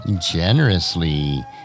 generously